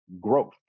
Growth